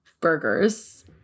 Burgers